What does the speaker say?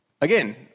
Again